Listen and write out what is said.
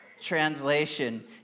Translation